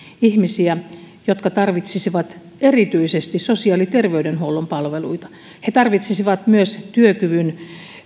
ihmisiä jotka tarvitsisivat erityisesti sosiaali ja ter veydenhuollon palveluita he tarvitsisivat myös työkyvyn